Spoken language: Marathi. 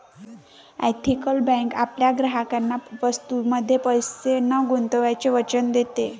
एथिकल बँक आपल्या ग्राहकांना वस्तूंमध्ये पैसे न गुंतवण्याचे वचन देते